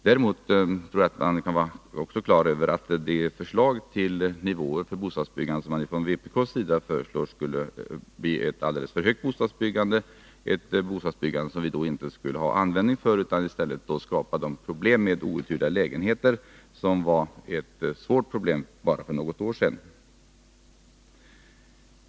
Däremot tror jag att man kan vara klar över att de förslag till nivåer för bostadsbyggandet som vpk föreslår skulle innebära ett alldeles för högt bostadsbyggande, som skulle skapa problem med outhyrda lägenheter. Det var ju ett svårt problem bara för något år sedan.